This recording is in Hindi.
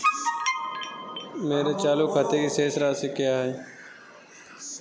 मेरे चालू खाते की शेष राशि क्या है?